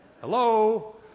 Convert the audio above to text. Hello